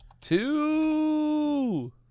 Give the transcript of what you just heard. Two